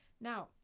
now